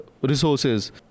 resources